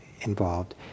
involved